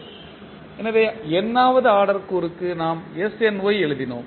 எனவே n வது order கூறுக்கு நாம் snY எழுதினோம்